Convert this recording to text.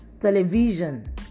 television